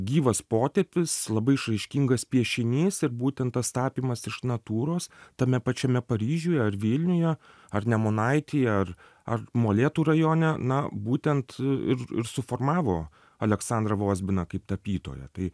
gyvas potėpis labai išraiškingas piešinys ir būtent tas tapymas iš natūros tame pačiame paryžiuje ar vilniuje ar nemunaityje ar ar molėtų rajone na būtent ir ir suformavo aleksandrą vozbiną kaip tapytoją tai